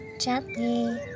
gently